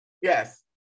Yes